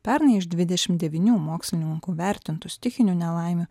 pernai iš dvidešimt devynių mokslininkų vertintų stichinių nelaimių